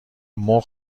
مرغ